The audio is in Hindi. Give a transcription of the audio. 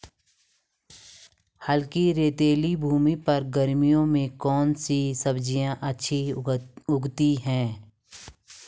हल्की रेतीली भूमि पर गर्मियों में कौन सी सब्जी अच्छी उगती है?